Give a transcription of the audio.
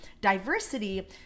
diversity